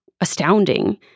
astounding